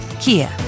Kia